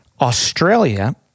Australia